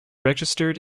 registered